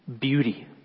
beauty